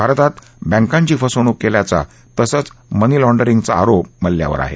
भारतात बँकांची फसवणूक केल्याचा तसंच मनी लाँडरिंगचा अरोप मल्ल्यावर आहे